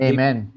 Amen